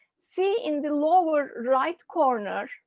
see in the lower right corner,